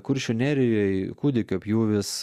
kuršių nerijoj kūdikio pjūvis